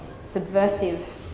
subversive